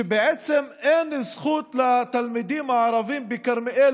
שבעצם אין זכות לתלמידים הערבים בכרמיאל